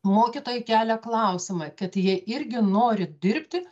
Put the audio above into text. mokytojai kelia klausimą kad jie irgi nori dirbti